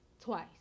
twice